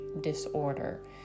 disorder